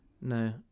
No